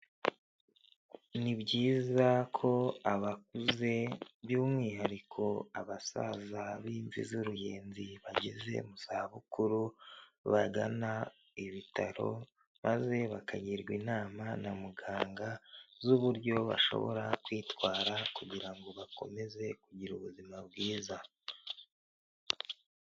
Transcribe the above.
Ni byiza ko abakuze by'umwihariko abasaza b'imvi z'uruyenzi bageze mu zabukuru bagana ibitaro, maze bakagirwa inama na muganga z'uburyo bashobora kwitwara kugira ngo bakomeze kugira ubuzima bwiza.